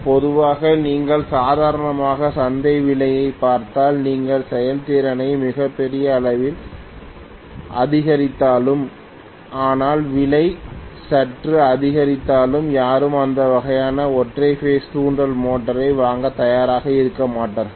பொதுவாக நீங்கள் சாதாரண சந்தை விலையைப் பார்த்தால் நீங்கள் செயல்திறனை மிகப்பெரிய அளவில் அதிகரித்தாலும் ஆனால் விலை சற்று அதிகரித்தாலும் யாரும் இந்த வகையான ஒற்றை பேஸ் தூண்டல் மோட்டாரை வாங்க தயாராக இருக்க மாட்டார்கள்